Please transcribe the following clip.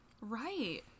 Right